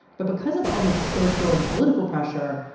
but because of all this social and political pressure,